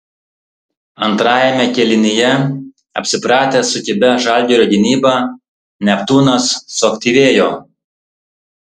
antrajame kėlinyje apsipratęs su kibia žalgirio gynyba neptūnas suaktyvėjo